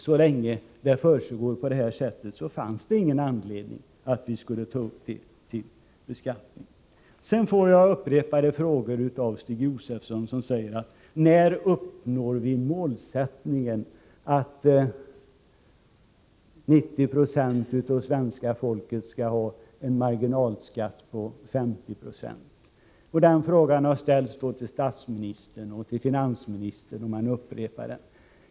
Så länge det försiggår på det sättet finns det, tycker vi, ingen anledning att ta upp sådana inkomster till beskattning. Stig Josefsson har upprepade gånger frågat när vi uppnår målsättningen att 90 26 av svenska folket skall ha en marginalskatt på 50 26. Den frågan har ställts till statsministern och till finansministern och nu upprepas den.